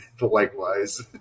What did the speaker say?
likewise